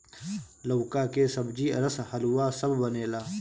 लउका के सब्जी, रस, हलुआ सब बनेला